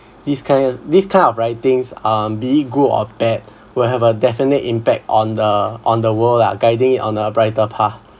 this kind this kind of writings uh be it good or bad will have a definite impact on the on the world ah guiding on a brighter path